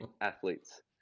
athletes